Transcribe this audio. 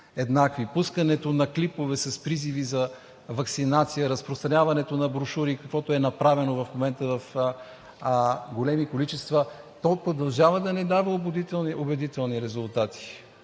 еднакви. Пускането на клипове с призиви за ваксинация, разпространяването на брошури – каквото е направено в момента в големи количества, продължава да не дава убедителни резултати.